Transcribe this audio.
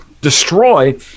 destroy